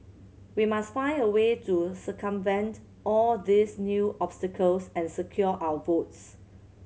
we must find a way to circumvent all these new obstacles and secure our votes